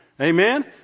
Amen